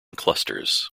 clusters